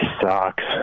sucks